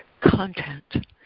content